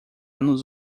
nos